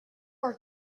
are